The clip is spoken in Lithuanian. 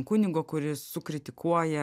kunigo kuris sukritikuoja